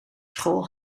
school